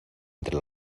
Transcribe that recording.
entre